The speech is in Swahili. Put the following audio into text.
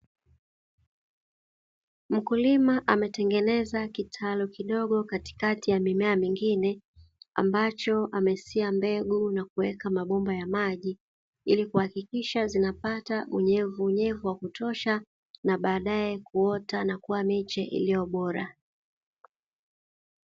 Mkulima ametengeneza kitalu kidogo katikati ya mimea mingine, ambacho imesia mbegu na kuweka mabomba ya maji ili kuhakikisha zinapata unyevunyevu wa kutosha na baadae kuota na kuwa miche iliyo bora.